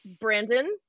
Brandon